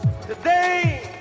Today